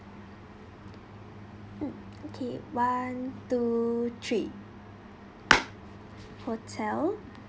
mm okay one two three hotel